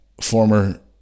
former